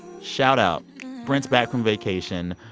shoutout brent's back from vacation.